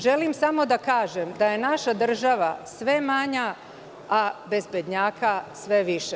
Želim samo da kažem da je naša država sve manja, a bezbednjaka je sve više.